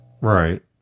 Right